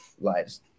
lives